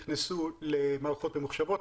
רובם נכנסו למערכות ממוחשבות,